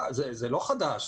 זה לא חדש.